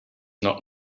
not